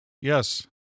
Yes